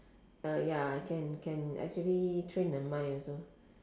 uh ya ya can actually train the mind also